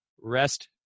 rest